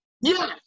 Yes